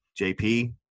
JP